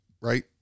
right